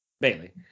Bailey